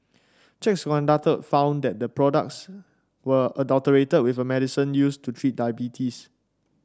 checks conducted found that the products were adulterated with a medicine used to treat diabetes